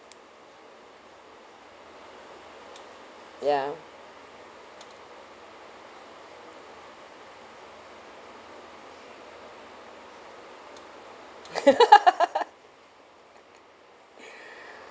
ya